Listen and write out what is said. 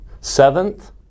seventh